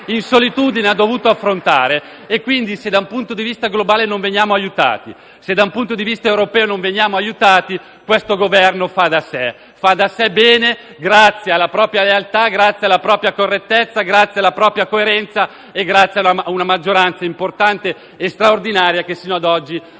in solitudine ha dovuto affrontare. Quindi, se da un punto di vista globale non veniamo aiutati, se da un punto di vista europeo non veniamo aiutati, questo Governo fa da sé, e lo fa bene grazie alla propria lealtà, correttezza e coerenza e grazie a una maggioranza importante e straordinaria che sino ad oggi ha